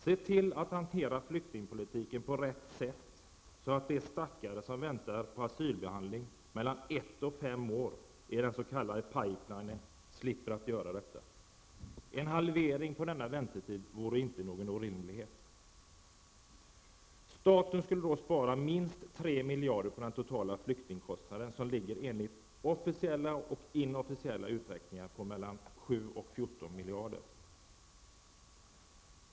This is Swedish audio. Se till att man hanterar flyktingproblematiken på rätt sätt så att de stackare som väntar på asylbehandling mellan ett och fem år i den så kallade pipelinen slipper att göra detta. En halvering av denna väntetid vore inte någon orimlighet. Staten skulle då spara minst tre miljarder av den totala flyktingkostnaden som enligt officiella och inofficiella uträkningar uppgår till mellan 7 och 14 miljarder.